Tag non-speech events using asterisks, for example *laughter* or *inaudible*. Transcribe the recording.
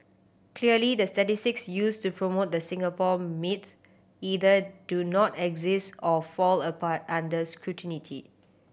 clearly the statistics used to promote the Singapore myth either do not exist or fall apart under *unintelligible*